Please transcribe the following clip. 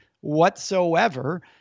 whatsoever